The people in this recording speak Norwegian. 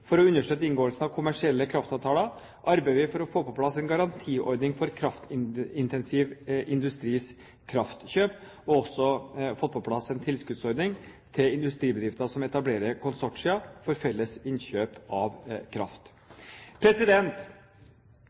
For å understøtte inngåelsen av kommersielle kraftavtaler arbeider vi for å få på plass en garantiordning for kraftintensiv industris kraftkjøp og har også fått på plass en tilskuddsordning til industribedrifter som etablerer konsortier for felles innkjøp av kraft.